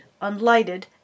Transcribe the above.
unlighted